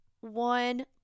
one